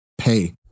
Pay